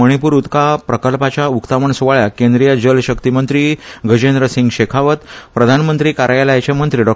मणिपूर उदकां प्रकल्पाच्या उक्तावण स्वाळ्याक केंद्रीय जल शक्ती मंत्री गजेंद्रसिंग शेखावत प्रधानमंत्री कार्यालयाचे मंत्री डॉ